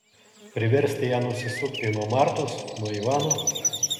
priversti ją nusisukti nuo martos nuo ivano